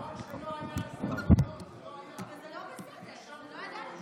אבל זה חוק שלא היה על סדר-היום, לא היה.